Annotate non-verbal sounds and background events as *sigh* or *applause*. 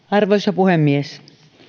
*unintelligible* arvoisa puhemies